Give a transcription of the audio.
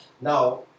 Now